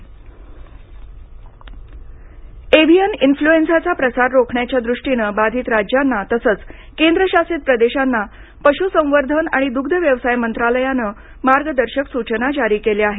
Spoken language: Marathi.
बुर्ड फ्ल्यू एव्हीयन इन्फ्लूएन्झाचा प्रसार रोखण्याच्या दृष्टीनं बाधित राज्यांना तसंच केंद्रशासित प्रदेशांना पशुसंवर्धन आणि दुग्धव्यवसाय मंत्रालयानं मार्गदर्शक सूचना जारी केल्या आहेत